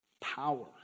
Power